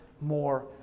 more